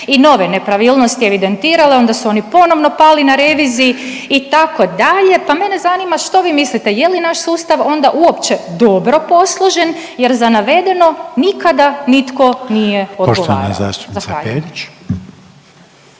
i nove nepravilnosti evidentirale, onda su oni ponovno pali na reviziji itd., pa mene zanima što vi mislite je li naš sustav onda uopće dobro posložen jer za navedeno nikada nitko nije odgovarao. Zahvaljujem. **Reiner,